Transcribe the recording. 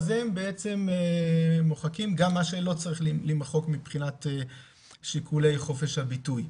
אז הם מוחקים גם מה שלא צריך למחוק מבחינת שיקולי חופש הביטוי.